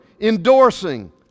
endorsing